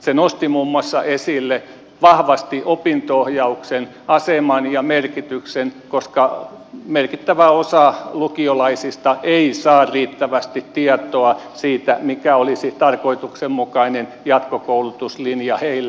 se nosti muun muassa esille vahvasti opinto ohjauksen aseman ja merkityksen koska merkittävä osa lukiolaisista ei saa riittävästi tietoa siitä mikä olisi tarkoituksenmukainen jatkokoulutuslinja heille